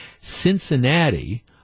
Cincinnati